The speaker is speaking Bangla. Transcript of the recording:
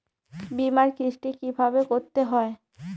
বিমার কিস্তি কিভাবে করতে হয়?